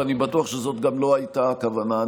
ואני בטוח שזאת גם לא הייתה הכוונה.